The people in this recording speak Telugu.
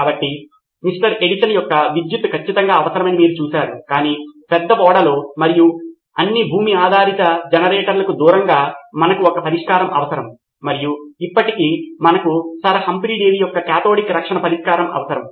కాబట్టి మిస్టర్ ఎడిసన్ యొక్క విద్యుత్తు ఖచ్చితంగా అవసరమని మీరు చూశారు కాని పెద్ద ఓడలో మరియు అన్ని భూమి ఆధారిత జనరేటర్లకు దూరంగా మనకు ఒక పరిష్కారం అవసరం మరియు ఇప్పటికీ మనకు సర్ హంఫ్రీ డేవి యొక్క కాథోడిక్ రక్షణ పరిష్కారం అవసరం